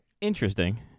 Interesting